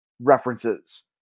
references